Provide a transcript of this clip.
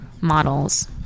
models